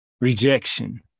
Rejection